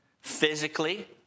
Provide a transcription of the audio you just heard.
physically